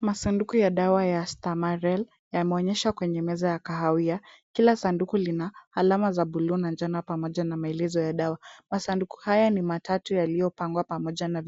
Masanduku ya dawa ya Stamaril yameonyeshwa kwenye meza ya kahawia. Kila sanduku lina alama ya buluu na njano pamoja na maelezo ya dawa. Masanduku haya ni matatu yaliyopangwa pamoja na